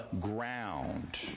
ground